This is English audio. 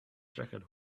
jacket